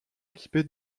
équipé